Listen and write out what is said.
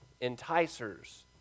enticers